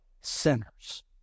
sinners